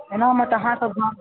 एनामे तऽ अहाँसभ